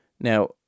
Now